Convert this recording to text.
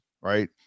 right